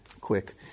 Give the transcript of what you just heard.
quick